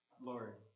Lord